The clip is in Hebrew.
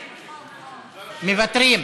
מוותרים.